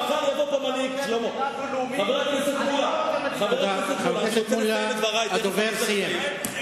חבר הכנסת מולה, הדובר סיים.